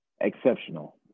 exceptional